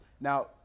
Now